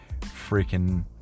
freaking